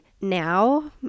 now